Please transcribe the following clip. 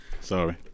Sorry